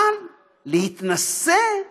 אבל להתנשא,